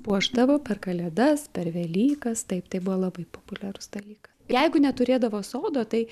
puošdavo per kalėdas per velykas taip tai buvo labai populiarus dalykas jeigu neturėdavo sodo tai